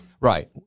Right